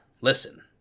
listen